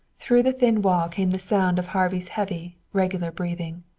through the thin wall came the sound of harvey's heavy, regular breathing.